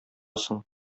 соң